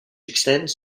extends